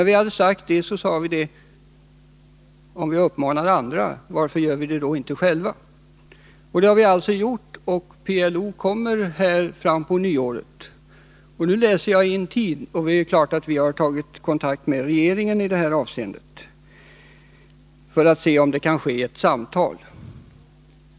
Vi måste då fråga oss: Om vi uppmanar andra att göra det, varför gör vi det då inte själva? Nu har vi alltså gjort det, och man kommer hit från PLO fram på nyåret. Naturligtvis har vi tagit kontakt med regeringen i det avseendet för att efterhöra om det är möjligt med ett samtal.